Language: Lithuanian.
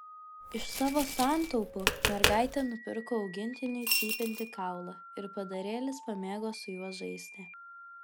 iš savo santaupų mergaitė nupirko augintiniui cypiantį kaulą ir padarėlis pamėgo su juo žaisti